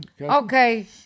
Okay